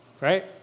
Right